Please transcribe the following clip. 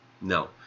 No